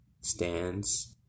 stands